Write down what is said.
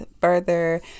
further